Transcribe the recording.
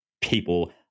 people